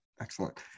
Excellent